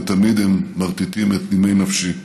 ותמיד הם מרטיטים את נימי נפשי.